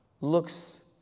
looks